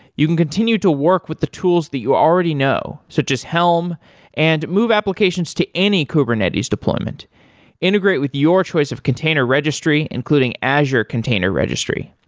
you can continue to work with the tools that you already know, so just helm and move applications to any kubernetes deployment integrate with your choice of container registry, including azure container registry.